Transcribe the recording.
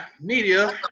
media